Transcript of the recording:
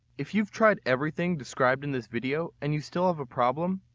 if you've tried everything described in this video and you still have a problem,